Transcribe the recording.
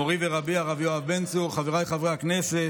מורי ורבי הרב יואב בן צור, חבריי חברי הכנסת,